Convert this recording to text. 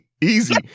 Easy